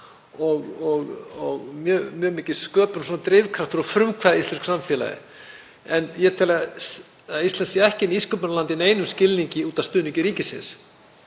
og mjög mikil sköpun og drifkraftur og frumkvæði í íslensku samfélagi en ég tel að Ísland sé ekki nýsköpunarland í neinum skilningi út af stuðningi ríkisins.